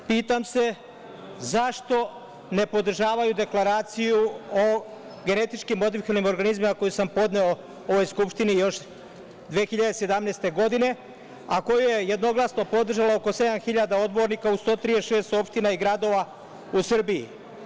Ako nema, pitam se zašto ne podržavaju deklaraciju o genetički modifikovanim organizmima koju sam podneo ovoj Skupštini još 2017. godine, a koju je jednoglasno podržalo oko 7.000 odbornika u 136 opština i gradova u Srbiji.